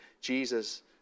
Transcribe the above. Jesus